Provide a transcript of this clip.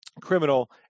criminal